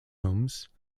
homes